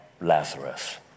Lazarus